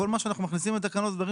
כל מה שאנחנו מכניסים לתקנות אלה דברים